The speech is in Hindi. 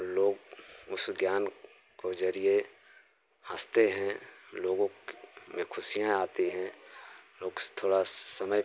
लोग उस ज्ञान को जरिए हँसते हैं लोगों क में खुशियाँ आती हैं लोग थोड़ा समय